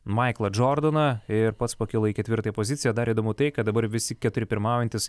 maiklą džordoną ir pats pakilo į ketvirtąją poziciją dar įdomu tai kad dabar visi keturi pirmaujantys